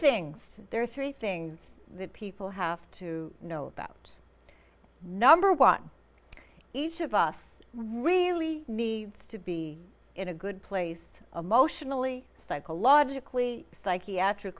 things there are three things that people have to know about number one each of us really needs to be in a good place a motion alee psychologically psychiatric